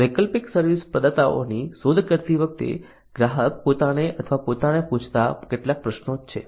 વૈકલ્પિક સર્વિસ પ્રદાતાઓની શોધ કરતી વખતે ગ્રાહક પોતાને અથવા પોતાને પૂછતા કેટલાક પ્રશ્નો છે